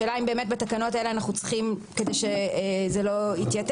השאלה אם באמת בתקנות האלה אנחנו צריכים כדי שזה לא יתייתר,